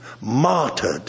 martyred